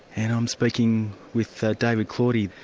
and i'm speaking with david claudie.